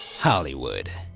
hollywood.